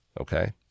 Okay